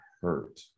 hurt